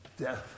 death